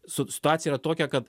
su situacija yra tokia kad